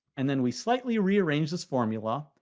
and then we slightly rearrange this formula,